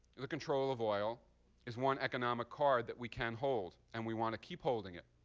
the control of oil is one economic card that we can hold, and we want to keep holding it.